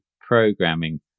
programming